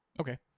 Okay